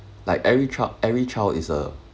like every child every child is uh